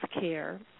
care